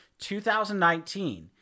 2019